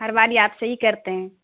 ہر باری آپ سے ہی کرتے ہیں